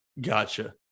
Gotcha